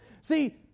See